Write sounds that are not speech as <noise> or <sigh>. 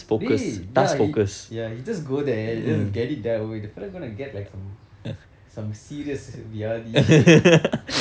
dey ya ya he just go there just get it done away the fella gonna get like some some serious வியாதி:viyathi <laughs>